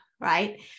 right